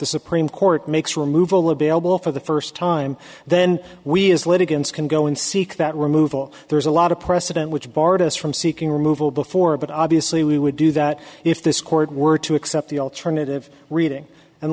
the supreme court makes removal available for the first time then we as litigants can go and seek that removal there's a lot of precedent which barred us from seeking removal before but obviously we would do that if this court were to accept the alternative reading and